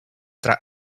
tra